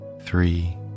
three